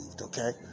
okay